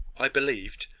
i believed,